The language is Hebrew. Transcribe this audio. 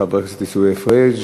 חבר הכנסת עיסאווי פריג',